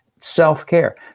self-care